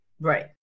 Right